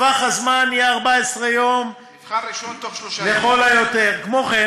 טווח הזמן יהיה 14 יום לכל היותר.